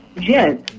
Yes